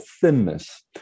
thinness